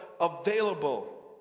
available